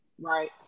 Right